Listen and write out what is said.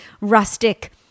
rustic